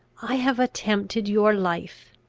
i have attempted your life!